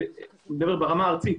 ואני מדבר ברמה הארצית,